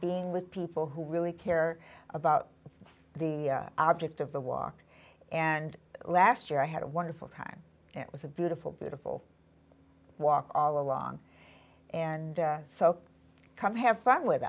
being with people who really care about the object of the walk and last year i had a wonderful time and it was a beautiful beautiful walk all along and so come have fun with